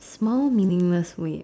mild meaningless wait